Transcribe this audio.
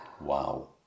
Wow